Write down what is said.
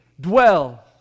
dwell